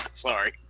Sorry